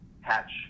Hatch